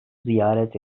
ziyaret